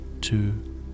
two